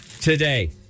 today